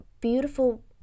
beautiful